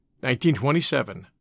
1927